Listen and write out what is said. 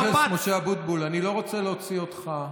חבר הכנסת משה אבוטבול, אני לא רוצה להוציא אותך.